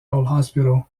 hospital